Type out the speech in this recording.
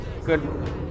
good